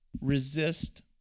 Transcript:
Resist